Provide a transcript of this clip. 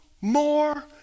more